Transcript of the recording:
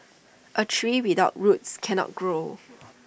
A tree without roots cannot grow